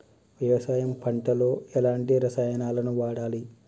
వ్యవసాయం పంట లో ఎలాంటి రసాయనాలను వాడాలి?